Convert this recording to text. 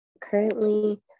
Currently